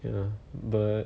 ya but